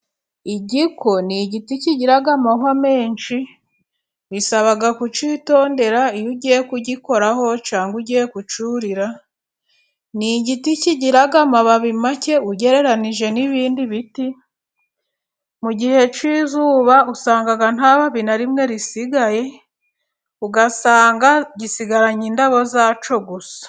Igiko ni igiti kigiraga amahwa menshi, bisaba kukitondera iyo ugiye kugikoraho, cyangwa ugiye kucyurira, ni igiti kigira amababi make, ugereranije n'ibindi biti, mu gihe cy'izuba, usanga ntababi na rimwe risigaye, ugasanga gisigaranye indabo, zacyo gusa.